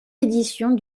éditions